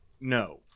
no